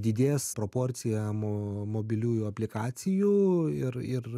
didės proporcija mo mobiliųjų aplikacijų ir ir